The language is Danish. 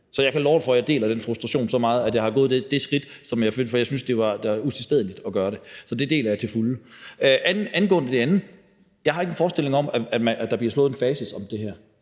Så jeg kan love for, at jeg deler den frustration så meget, at jeg er gået det skridt, som jeg følte jeg burde, for jeg synes, det er utilstedeligt at gøre det. Så det deler jeg til fulde. Angående det andet har jeg ikke en forestilling om, at der bliver fastslået et facit om det her.